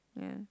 yeah